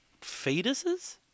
fetuses